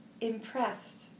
impressed